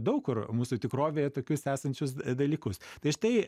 daug kur mūsų tikrovėje tokius esančius dalykus tai štai